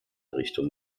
richtung